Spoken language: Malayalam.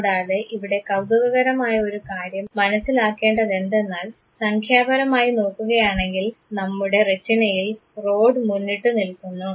കൂടാതെ വളരെ കൌതുകകരമായ ഒരു കാര്യം മനസ്സിലാക്കേണ്ടതെന്തെന്നാൽ സംഖ്യാപരമായി നോക്കുകയാണെങ്കിൽ നമ്മളുടെ റെറ്റിനയിൽ റോഡ് മുന്നിട്ടുനിൽക്കുന്നു